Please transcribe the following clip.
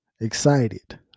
excited